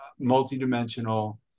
multidimensional